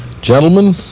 gentlemen,